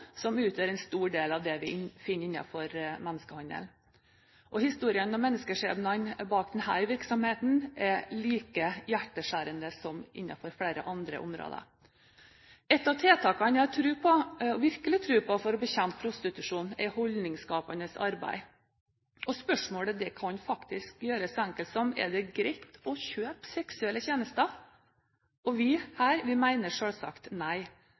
som utgjør en stor del av det vi finner innenfor menneskehandelen. Historiene om menneskeskjebnene bak denne virksomheten er like hjerteskjærende som innenfor flere andre områder. Et av tiltakene jeg har virkelig tro på for å bekjempe prostitusjon, er holdningsskapende arbeid. Spørsmålet kan faktisk gjøres så enkelt som: Er det greit å kjøpe seksuelle tjenester? Vi mener her selvsagt nei. Enkelt sagt kan vi